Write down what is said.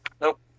Nope